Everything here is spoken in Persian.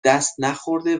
دستنخورده